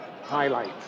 Highlights